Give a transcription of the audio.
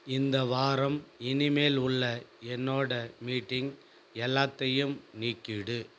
இந்த வாரம் இனிமேல் உள்ள என்னோட மீட்டிங் எல்லாத்தையும் நீக்கிவிடு